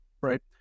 Right